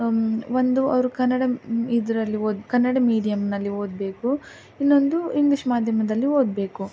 ಒಂದು ಅವರು ಕನ್ನಡ ಇದರಲ್ಲಿ ಓದು ಕನ್ನಡ ಮೀಡಿಯಮ್ಮಿನಲ್ಲಿ ಓದಬೇಕು ಇನ್ನೊಂದು ಇಂಗ್ಲಿಷ್ ಮಾಧ್ಯಮದಲ್ಲಿ ಓದಬೇಕು